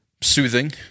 soothing